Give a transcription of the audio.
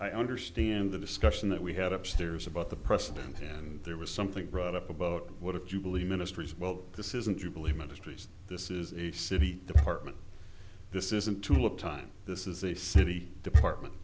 i understand the discussion that we had upstairs about the president and there was something brought up about what you believe ministries well this isn't you believe industries this is a city department this isn't tulip time this is a city department